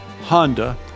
Honda